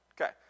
Okay